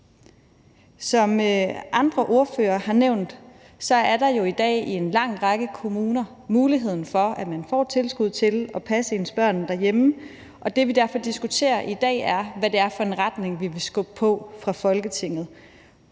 Som andre ordførere har nævnt, er der jo i dag i en lang række kommuner mulighed for at få tilskud til at passe sine børn derhjemme, og det, vi derfor diskuterer i dag, er, hvad det er for en retning vi vil skubbe i fra Folketingets